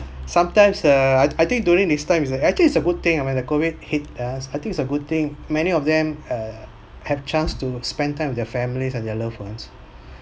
sometimes uh I think during this time is uh actually it's a good thing and when the COVID hit us I think it's a good thing many of them err have chance to spend time with their families and their loved ones